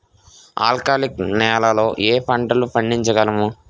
ఆల్కాలిక్ నెలలో ఏ పంటలు పండించగలము?